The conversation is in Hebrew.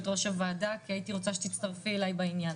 ראש הוועדה כי הייתי רוצה שתצטרפי אלי בעניין.